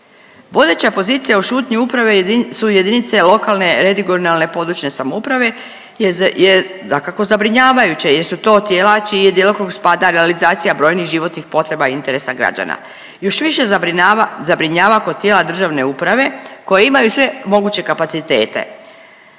Vodeća pozicija u šutnji uprave su jedinice lokalne regionalne područne samouprave je dakako zabrinjavajuća jer su to tijela čiji je djelokrug spada realizacija brojnih životnih potreba i interesa građana. Još više zabrinjava kod tijela državne uprave koje imaju sve moguće kapacitete.